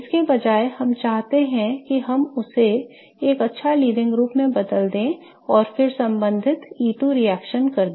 इसके बजाय हम चाहते हैं कि हम उसे एक अच्छा लीविंग ग्रुप में बदल दे और फिर संबंधित E2 रिएक्शन कर दे